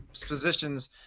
positions